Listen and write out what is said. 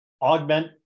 augment